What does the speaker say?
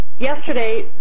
Yesterday